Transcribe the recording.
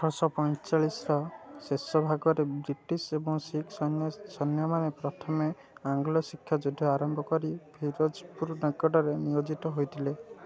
ଅଠରଶହ ପଇଁଚାଳିଶିର ଶେଷ ଭାଗରେ ବ୍ରିଟିଶ୍ ଏବଂ ଶିଖ୍ ସୈନ୍ୟମାନେ ପ୍ରଥମ ଆଙ୍ଗ୍ଲୋ ଶିଖ୍ ଯୁଦ୍ଧ ଆରମ୍ଭ କରି ଫିରୋଜପୁର ନିକଟରେ ନିୟୋଜିତ ହୋଇଥିଲେ